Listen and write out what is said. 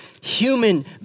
human